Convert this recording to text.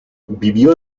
vivió